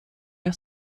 der